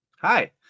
Hi